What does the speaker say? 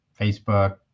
Facebook